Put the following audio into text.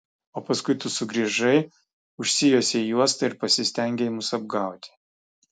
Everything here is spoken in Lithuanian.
o paskui tu sugrįžai užsijuosei juostą ir pasistengei mus apgauti